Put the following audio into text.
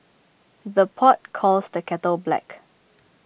the pot calls the kettle black